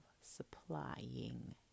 supplying